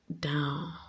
down